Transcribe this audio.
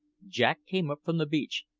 jack came up from the beach,